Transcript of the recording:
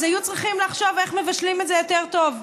אז היו צריכים לחשוב איך מבשלים את זה יותר טוב.